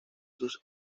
sus